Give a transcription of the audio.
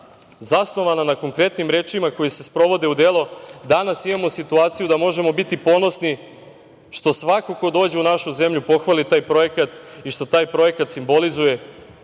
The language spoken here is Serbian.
zasnovana na konkretnim rečima koje se sprovode u delo, danas imamo situaciju da možemo biti ponosni što svako ko dođe u našu zemlju pohvali taj projekat i što taj projekat simbolizuje